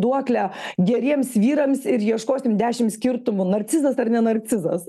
duoklę geriems vyrams ir ieškosim dešimt skirtumų narcizas ar ne narcizas